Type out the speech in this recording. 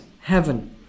Heaven